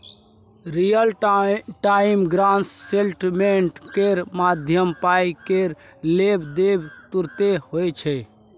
real time gross settlement केर माध्यमसँ पाइ केर लेब देब तुरते होइ छै